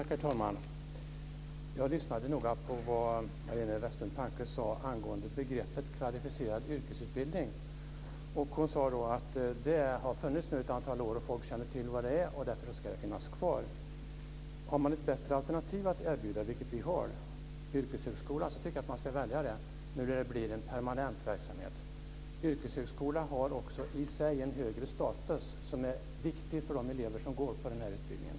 Herr talman! Jag lyssnade noga på vad Majléne Westerlund Panke sade angående begreppet kvalificerad yrkesutbildning. Hon sade att det nu har funnits ett antal år, att folk känner till vad det är och att det därför ska finnas kvar. Kommer ett bättre alternativ att erbjudas, vilket vi har, nämligen yrkeshögskolan, tycker jag att man ska välja det nu när det blir en permanent verksamhet. Yrkekshögskolan har också i sig en högre status som är viktig för de elever som går på utbildningen.